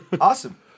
Awesome